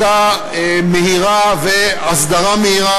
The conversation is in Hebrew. חקיקה מהירה והסדרה מהירה,